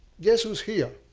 guess who is here?